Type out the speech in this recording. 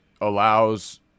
allows